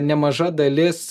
nemaža dalis